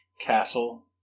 castle